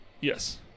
Yes